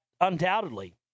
undoubtedly